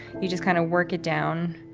you just kind of work it down